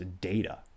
data